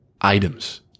items